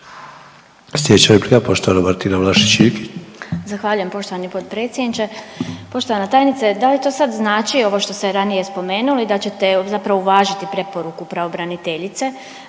Iljkić. **Vlašić Iljkić, Martina (SDP)** Zahvaljujem poštovani potpredsjedniče. Poštovana tajnice, da li to sad znači, ovo što ste ranije spomenuli, da ćete zapravo uvažiti preporuku pravobraniteljice